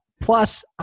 plus